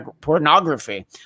pornography